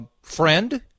friend